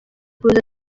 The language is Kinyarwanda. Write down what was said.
kuza